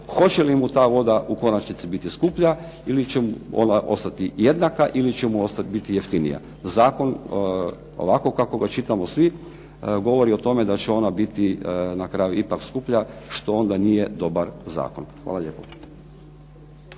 hoće li mu ta voda u konačnici biti skupa ili će ona ostati jednaka ili će mu biti jeftinija. Zakon ovako kako ga čitamo svi govori o tome da će ona biti na kraju ipak skuplja, što onda nije dobar zakon. Hvala lijepo.